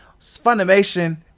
Funimation